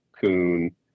coon